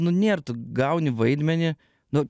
nu nėr tu gauni vaidmenį nu